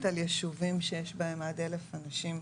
על יישובים שיש בהם עד 1,000 אנשים,